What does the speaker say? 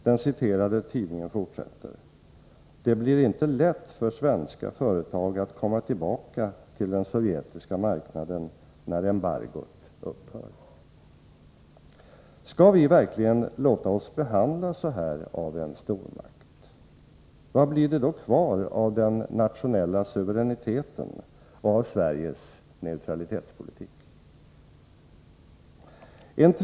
Den citerade tidningen fortsätter: ”Det blir inte lätt för svenska företag att komma tillbaka till den sovjetiska marknaden när embargot upphör ——-—-.” Skall vi verkligen låta oss behandlas så här av en stormakt? Vad blir det då kvar av den nationella suveräniteten och av Sveriges neutralitetspolitik?